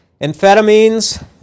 Amphetamines